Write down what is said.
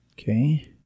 Okay